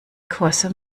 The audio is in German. kurse